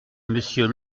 monsieur